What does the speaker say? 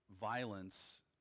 violence